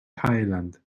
thailand